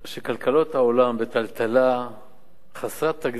שכלכלות העולם בטלטלה חסרת תקדים,